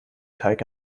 teig